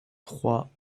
trois